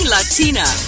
Latina